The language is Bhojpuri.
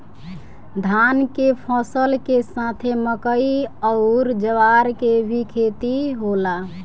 धान के फसल के साथे मकई अउर ज्वार के भी खेती होला